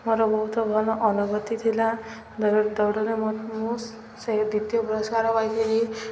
ମୋର ବହୁତ ଭଲ ଅନୁଭୂତି ଥିଲା ଦୌଡ଼ରେ ମୁଁ ସେ ଦ୍ଵିତୀୟ ପୁରସ୍କାର ପାଇଥିଲି